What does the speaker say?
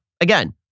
again